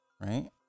right